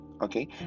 Okay